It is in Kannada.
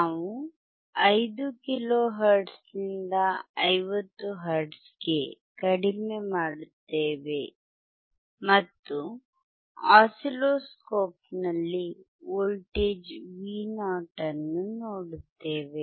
ನಾವು 5 ಕಿಲೋ ಹರ್ಟ್ಜ್ನಿಂದ 50 ಹರ್ಟ್ಜ್ಗೆ ಕಡಿಮೆ ಮಾಡುತ್ತೇವೆ ಮತ್ತು ಆಸಿಲ್ಲೋಸ್ಕೋಪ್ನಲ್ಲಿ ವೋಲ್ಟೇಜ್ Vo ಅನ್ನು ನೋಡುತ್ತೇವೆ